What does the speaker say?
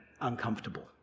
uncomfortable